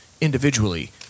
individually